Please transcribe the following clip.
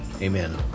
Amen